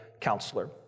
counselor